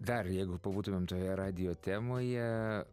dar jeigu būtumėm toje radijo temoje